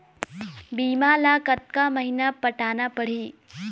बीमा ला कतका महीना पटाना पड़ही?